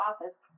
office